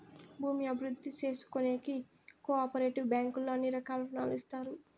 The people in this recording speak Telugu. భూమి అభివృద్ధి చేసుకోనీకి కో ఆపరేటివ్ బ్యాంకుల్లో అన్ని రకాల రుణాలు ఇత్తారు